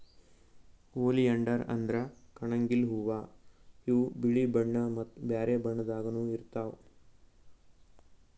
oleander ಅಂದ್ರ ಕಣಗಿಲ್ ಹೂವಾ ಇವ್ ಬಿಳಿ ಬಣ್ಣಾ ಮತ್ತ್ ಬ್ಯಾರೆ ಬಣ್ಣದಾಗನೂ ಇರ್ತವ್